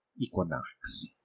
equinox